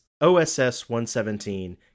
OSS-117